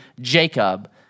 Jacob